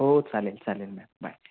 हो चालेल चालेल मॅम बाय